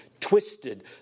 twisted